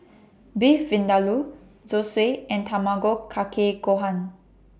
Beef Vindaloo Zosui and Tamago Kake Gohan